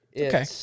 Okay